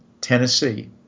Tennessee